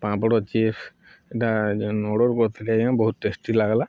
ପାମ୍ପଡ଼ chips ଏଇଟା ଯେନ୍ order କରିଥିଲି ଆଜ୍ଞା ବହୁତ ଟେଷ୍ଟି ଲାଗ୍ଲା